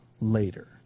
later